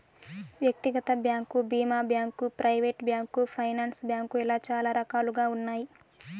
వ్యక్తిగత బ్యాంకు భీమా bank, private bank, finance bank ఇలా చాలా రకాలుగా ఉన్నాయి